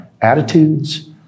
attitudes